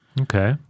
Okay